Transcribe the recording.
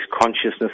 consciousness